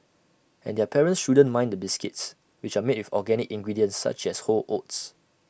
and their parents shouldn't mind the biscuits which are made with organic ingredients such as whole oats